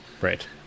Right